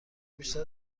بیشتر